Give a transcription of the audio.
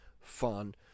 fun